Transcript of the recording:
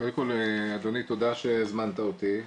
קודם כל, אדוני, תודה שהזמנת אותי.